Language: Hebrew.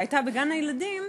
והייתה בגן-הילדים,